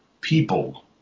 people